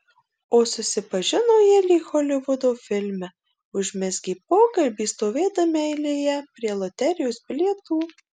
o susipažino jie lyg holivudo filme užmezgė pokalbį stovėdami eilėje prie loterijos bilietų